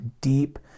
deep